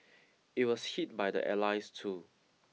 it was hit by the allies too